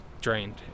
drained